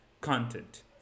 content